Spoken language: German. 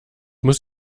muss